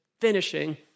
finishing